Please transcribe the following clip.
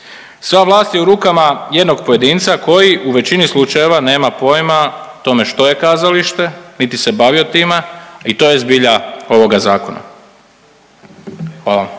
Sva vlast je u rukama jednog pojedinca koji u većini slučajeva nema pojma o tome što je kazalište niti se bavio time i to je zbilja ovoga zakona. Hvala